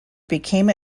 became